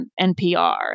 NPR